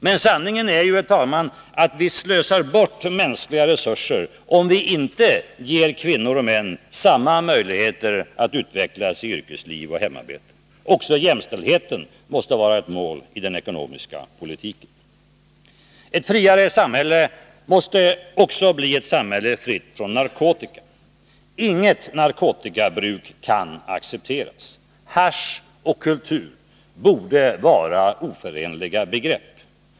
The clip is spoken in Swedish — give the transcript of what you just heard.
Men sanningen är ju, herr talman, att vi slösar bort mänskliga resurser om vi inte ger kvinnor och män samma möjligheter att utvecklas i yrkesliv och hemarbete. Också jämställdheten måste vara ett mål i den ekonomiska politiken. Ett friare samhälle måste också bli ett samhälle fritt från narkotika. Inget narkotikabruk kan accepteras. Hasch och kultur borde vara oförenliga begrepp.